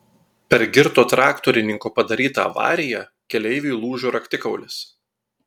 per girto traktorininko padarytą avariją keleiviui lūžo raktikaulis